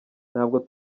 ntabwo